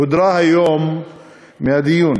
הודרה היום מהדיון.